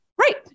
Right